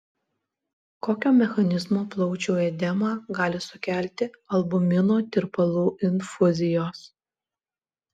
kokio mechanizmo plaučių edemą gali sukelti albumino tirpalų infuzijos